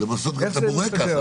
איך זה מתיישב?